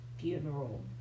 funeral